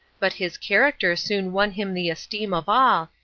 but his character soon won him the esteem of all,